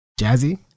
Jazzy